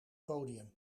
podium